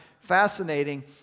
fascinating